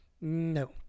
No